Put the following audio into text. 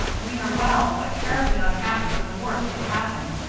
we are well but terribly unhappy for the worst has happened.